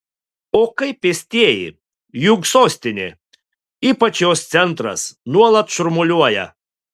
o kaip pėstieji juk sostinė ypač jos centras nuolat šurmuliuoja